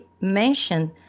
mentioned